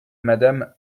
madame